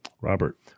Robert